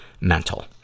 mental